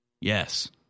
yes